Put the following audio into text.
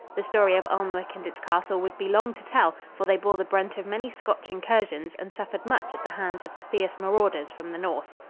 the story of alnwick and its castle would be long to tell, for they bore the brunt of many scotch incursions and suffered much at the hands of the fierce marauders from the north.